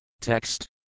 TEXT